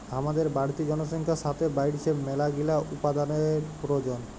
হামাদের বাড়তি জনসংখ্যার সাতে বাইড়ছে মেলাগিলা উপাদানের প্রয়োজন